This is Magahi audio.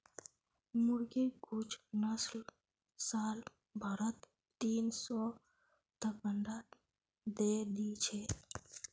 मुर्गिर कुछ नस्ल साल भरत तीन सौ तक अंडा दे दी छे